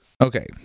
okay